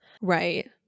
Right